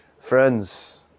Friends